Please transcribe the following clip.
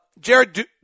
Jared